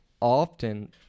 often